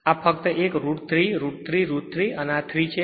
આ એક ફક્ત રુટ 3 રુટ 3 રુટ 3 અને આ 3 છે